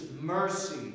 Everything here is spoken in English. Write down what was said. mercy